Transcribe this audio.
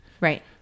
right